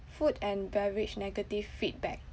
food and beverage negative feedback